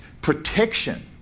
protection